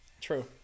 True